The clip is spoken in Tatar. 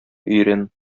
өйрән